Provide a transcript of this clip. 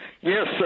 Yes